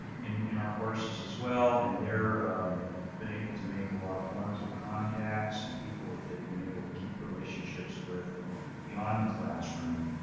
in in our courses, as well. and they've been able to make a lot of wonderful contacts and people that they've been able to keep relationships with beyond the classroom,